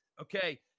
Okay